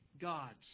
gods